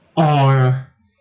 oh ya